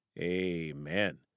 amen